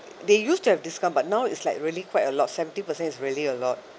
they used to have discount but now it's like really quite a lot seventy percent is really a lot